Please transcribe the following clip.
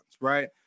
right